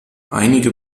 einige